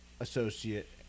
associate